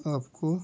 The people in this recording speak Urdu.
آپ کو